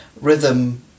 rhythm